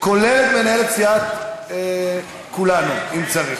כולל את מנהלת סיעת כולנו, אם צריך.